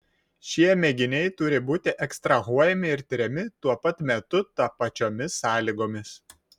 šie mėginiai turi būti ekstrahuojami ir tiriami tuo pat metu tapačiomis sąlygomis